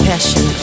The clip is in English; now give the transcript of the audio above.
Passion